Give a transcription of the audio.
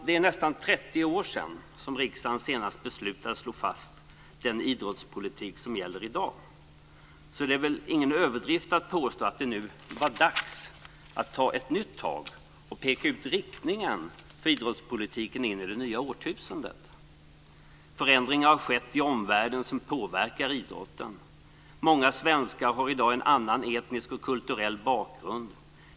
Det är nästan 30 år sedan riksdagen senast beslutade och slog fast den idrottspolitik som i dag gäller, så det är väl ingen överdrift att påstå att det nu är dags att ta ett nytt tag och peka ut riktningen för idrottspolitiken in i det nya årtusendet. Förändringar har skett i omvärlden som påverkar idrotten. Många svenskar har i dag en annan etnisk och kulturell bakgrund.